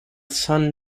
sun